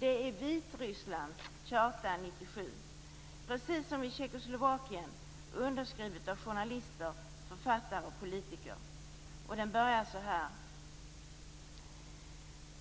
Det är Vitrysslands Charta 97. Precis som i Tjeckoslovakien är den underskriven av journalister, författare och politiker. Den börjar så här: